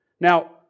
Now